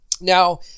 Now